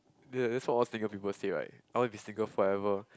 ya that's what all single people say right I want to be single forever